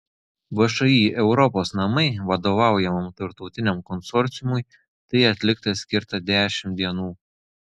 všį europos namai vadovaujamam tarptautiniam konsorciumui tai atlikti skirta dešimt dienų